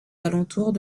alentours